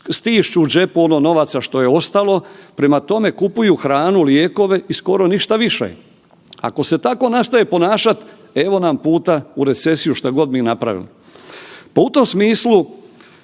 stišću u džepu ono novaca što je ostalo. Prema tome, kupuju hranu, lijekove i skoro ništa više. Ako se tako nastave ponašat evo nam puta u recesiju šta god mi napravili. Pa u tom smislu